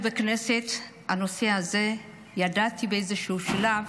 מאז שאני בכנסת ידעתי שהנושא הזה באיזשהו שלב